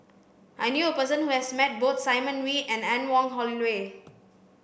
I knew a person who has met both Simon Wee and Anne Wong Holloway